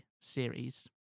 series